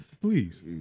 please